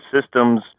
systems